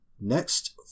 next